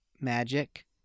magic